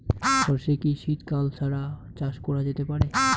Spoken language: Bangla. সর্ষে কি শীত কাল ছাড়া চাষ করা যেতে পারে?